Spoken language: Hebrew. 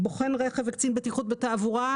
בוחן רכב וקצין בטיחות בתעבורה,